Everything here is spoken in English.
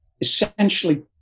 essentially